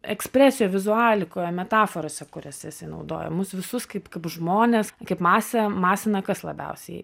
ekspresijoj vizualikoje metaforose kurias jisai naudoja mus visus kaip kaip žmones kaip masę masina kas labiausiai